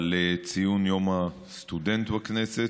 על ציון יום הסטודנט בכנסת.